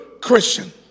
Christian